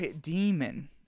Demon